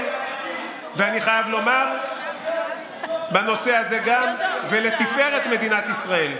אני חייב לומר גם בנושא הזה, ולתפארת מדינת ישראל.